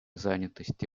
занятости